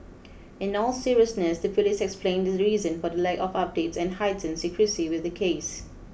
in all seriousness the police explained the reason for the lack of updates and heightened secrecy with the case